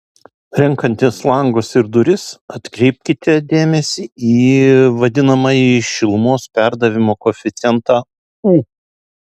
renkantis langus ir duris atkreipkite dėmesį į vadinamąjį šilumos perdavimo koeficientą u